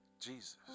Jesus